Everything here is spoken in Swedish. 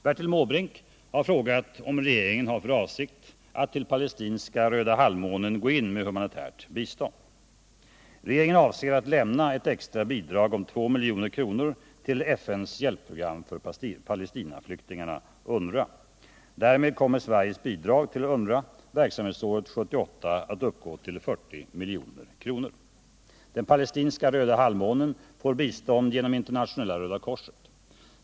Bertil Måbrink har frågat om regeringen har för avsikt att till palestinska Röda halvmånen gå in med humanitärt bistånd. Regeringen avser att lämna ett extra bidrag om 2 milj.kr. till FN:s hjälpprogram för Palestinaflyktingar, UNRWA. Därmed kommer Sveriges bidrag till UNRWA verksamhetsåret 1978 att uppgå till 40 milj.kr. Den palestinska Röda halvmånen får bistånd genom Internationella röda korset.